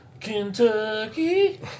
Kentucky